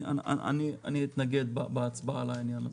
בהצבעה אני אתנגד לעניין הזה.